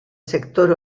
sector